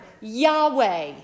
Yahweh